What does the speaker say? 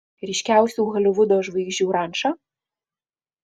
ryškiausių holivudo žvaigždžių ranča